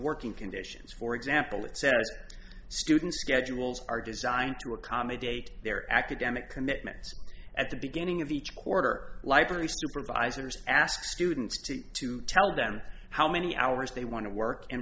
working conditions for example that said student schedules are designed to accommodate their academic commitments at the beginning of each quarter library supervisors ask students to to tell them how many hours they want to work and